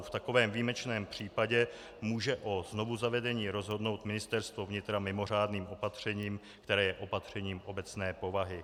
V takovém výjimečném případě může o znovuzavedení rozhodnout Ministerstvo vnitra mimořádným opatřením, které je opatřením obecné povahy.